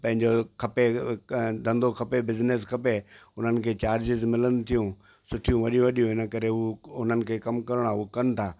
पंहिंजो खपे धंधो खपे बिजनेस खपे उन्हनि खे चार्जिस मिलनि थियूं सुठियूं वॾियूं वॾियूं हिन करे हू उन्हनि खे कमु करिणा उहो कनि था